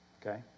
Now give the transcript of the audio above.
Okay